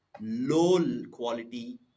low-quality